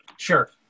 Sure